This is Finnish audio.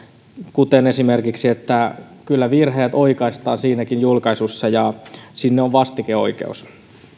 esimerkiksi siten että kyllä virheet oikaistaan siinäkin julkaisussa ja sinne on vastikeoikeus